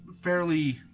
fairly